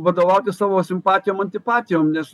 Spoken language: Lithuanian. vadovautis savo simpatijom antipatijom nes